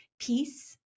peace